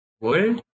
world